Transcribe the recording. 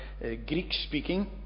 Greek-speaking